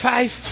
Five